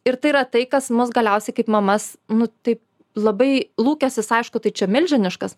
ir tai yra tai kas mus galiausiai kaip mamas nu tai labai lūkestis aišku tai čia milžiniškas